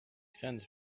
sends